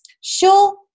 Sure